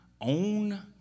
own